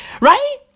right